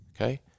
okay